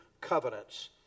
covenants